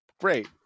Great